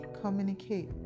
Communicate